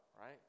right